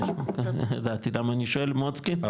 500, ידעתי למה אני שואל, מוצקין?